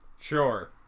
Sure